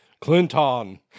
Clinton